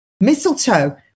mistletoe